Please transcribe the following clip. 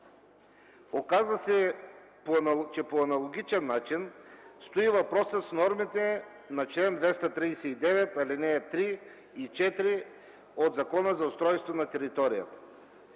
Оказва се, че по аналогичен начин стои въпросът с нормите на чл. 239, алинеи 3 и 4 от Закона за устройство на територията.